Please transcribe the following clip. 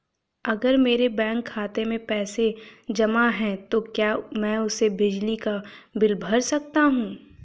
अगर मेरे बैंक खाते में पैसे जमा है तो क्या मैं उसे बिजली का बिल भर सकता हूं?